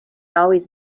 always